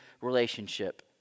relationship